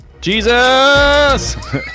Jesus